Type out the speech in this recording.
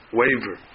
waver